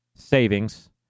Savings